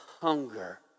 hunger